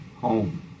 home